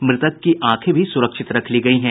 मृतक की आंखे भी सुरक्षित रख ली गयी हैं